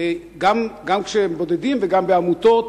גם כשהם בודדים וגם בעמותות.